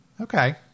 Okay